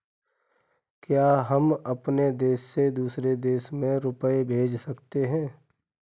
क्या हम अपने देश से दूसरे देश में रुपये भेज सकते हैं?